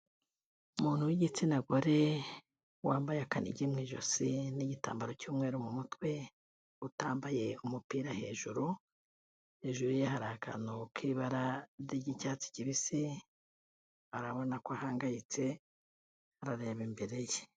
Umuntu w'igitsina gore, wambaye akanigi mu ijosi n'igitambaro cy'umweru mu mutwe, utambaye umupira hejuru, hejuru ye hari akantu k'ibara ry'icyatsi kibisi, arabona ko ahangayitse, arareba imbere ye.